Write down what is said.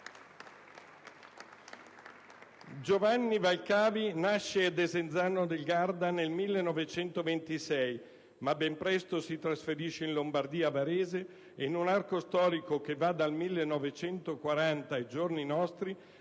Giovanni Valcavi nasce a Desenzano del Garda nel 1926, ma ben presto si trasferisce in Lombardia a Varese e, in un arco storico che va dal 1940 ai giorni nostri,